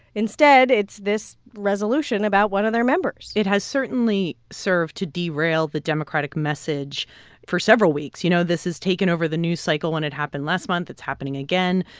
instead, it's this resolution about one of their members it has certainly served to derail the democratic message for several weeks. you know, this has taken over the news cycle when it happened last month. it's happening again.